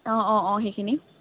অঁ অঁ অঁ সেইখিনি